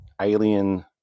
Alien